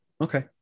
Okay